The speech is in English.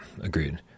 agreed